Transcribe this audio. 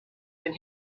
been